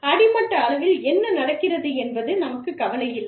அடிமட்ட அளவில் என்ன நடக்கிறது என்பது நமக்குக் கவலையில்லை